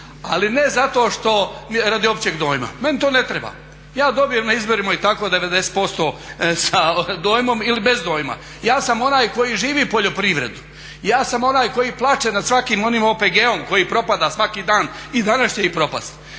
Ali ne zato što, radi općeg dojma, meni to ne treba, ja dobijem na izborima i tako 90% sa dojmom ili bez dojma, ja sam onaj koji živi poljoprivredu. Ja sam onaj koji plaće nad svakim onim OPG-om koji propada svaki dan i dana će ih propasti.